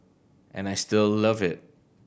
and I still love it